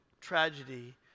tragedy